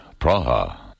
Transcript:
Praha